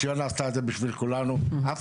ציונה עשתה את זה כבר בשביל כולנו ואף